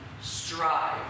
strive